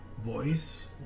voice